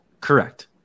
Correct